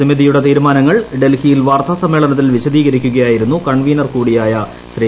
സമിതിയുടെ തീരുമാനങ്ങൾ ഡൽഹിയിൽ വാർത്താസമ്മേളനത്തിൽ വിശദീകരിക്കുകയായിരുന്നു കൺവീനർ കൂടിയായ ശ്രീ